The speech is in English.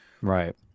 Right